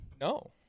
no